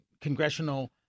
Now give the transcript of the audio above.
congressional